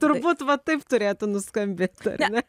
turbūt va taip turėtų nuskambėt ar ne